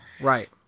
Right